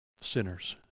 sinners